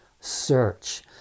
search